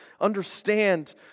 Understand